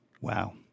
Wow